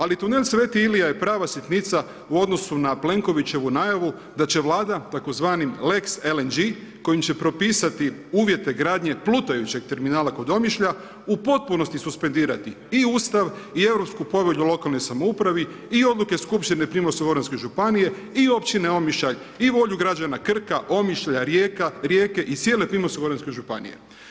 Ali tunel Sveti Ilija je prava sitnica u odnosu na Plenkovićevu najavu da će Vlada tzv. lex LNG kojim će propisati uvjete gradnje plutajućeg terminala kod Omišlja u potpunosti suspendirati i Ustav i Europsku povelju o lokalnoj samoupravi i odluke Skupštine Primorsko-goranske županije i općine Omišalj i volju građana Krka, Omišlja, Rijeke i cijele Primorsko-goranske županije.